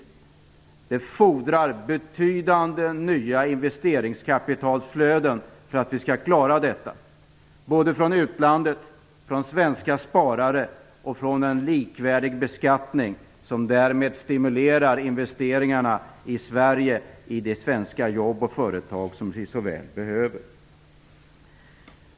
För att vi skall klara detta fordras betydande nya investeringskapitalflöden både från utlandet och från svenska sparare, och det fordras att vi har en likvärdig beskattning som stimulerar investeringarna i de svenska företag som vi så väl behöver.